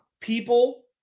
People